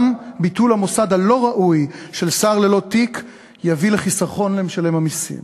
גם ביטול המוסד הלא-ראוי של שר ללא תיק יביא לחיסכון למשלם המסים.